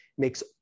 makes